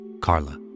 Carla